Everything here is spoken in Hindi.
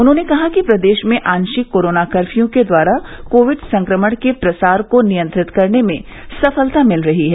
उन्होंने कहा कि प्रदेश में आशिक कोरोना कर्फ्यू के द्वारा कोविड संक्रमण के प्रसार को नियंत्रित करने में सफलता मिल रही है